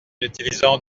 utilisant